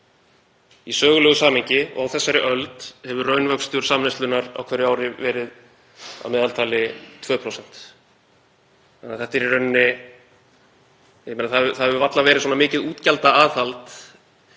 Í sögulegu samhengi og á þessari öld hefur raunvöxtur samneyslunnar á hverju ári verið að meðaltali 2%. Það hefur varla verið svona mikið útgjaldaaðhald